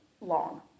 long